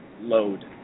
load